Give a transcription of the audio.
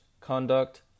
conduct